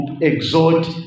exhort